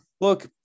look